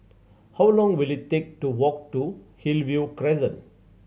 how long will it take to walk to Hillview Crescent